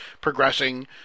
progressing